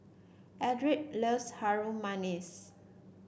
Eldred loves Harum Manis